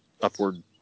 upward